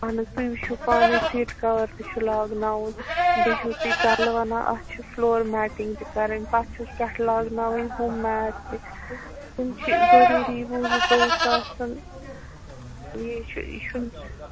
اہَن حظ تُہۍ وٕچھِو پانَے سیٖٹہٕ کَوَر تہِ چھُ لاگناوُن بیٚیہِ چھُو تُہۍ تَلہٕ ونان اتھ چھِ فٕلور میٹِنٛگ تہِ کَرٕنۍ پتہٕ چھُس پٮ۪ٹھٕ لاگناوٕنۍ ہُم میٹ تہِ یِم چھِ ضٔروٗری وُہ زٕتووُہ ساسَن یے چھ یہِ چھُنہٕ